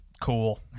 cool